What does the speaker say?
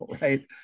right